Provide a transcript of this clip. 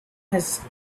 has